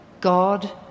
God